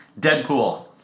Deadpool